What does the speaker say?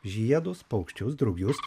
žiedus paukščius drugius